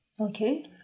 Okay